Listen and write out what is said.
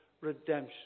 redemption